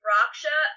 Raksha